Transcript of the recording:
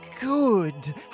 good